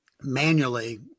manually